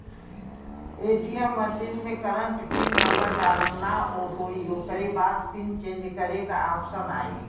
ATM machine में current pin number डालना होई ओकरे बाद पिन चेंज करे क ऑप्शन आई